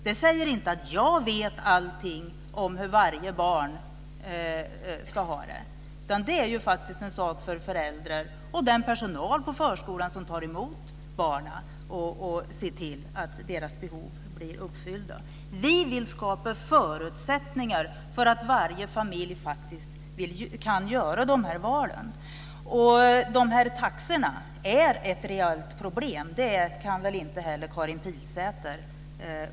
Det säger inte att jag vet allting om hur varje barn ska ha det. Det är en sak för föräldrar och den personal på förskolan som tar emot barnen att se till att deras behov blir uppfyllda. Vi vill skapa förutsättningar för att varje familj kan göra de valen. Taxorna är ett reellt problem. Det kan Karin Pilsäter inte komma ifrån.